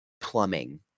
plumbing